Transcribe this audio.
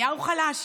נתניהו חלש?